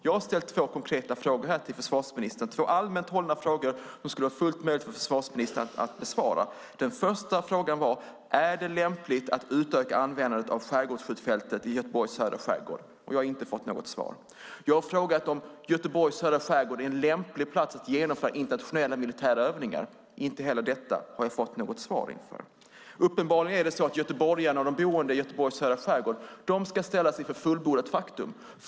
Jag har ställt två konkreta frågor till försvarsministern, två allmänt hållna frågor som det skulle vara fullt möjligt för försvarsministern att besvara. Den första frågan var: Är det lämpligt att utöka användandet av skärgårdsskjutfältet i Göteborgs södra skärgård? Jag har inte fått något svar. Jag har frågat om Göteborgs södra skärgård är en lämplig plats att genomföra internationella militära övningar på. Inte heller detta har jag fått något svar på. Uppenbarligen är det så att göteborgarna och de boende i Göteborgs södra skärgård ska ställas inför fullbordat faktum.